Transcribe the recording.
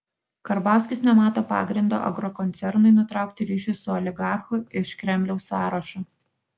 karbauskis nemato pagrindo agrokoncernui nutraukti ryšius su oligarchu iš kremliaus sąrašo